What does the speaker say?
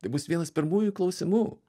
tai bus vienas pirmųjų klausimų